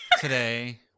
today